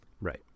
Right